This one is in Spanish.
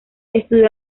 estudió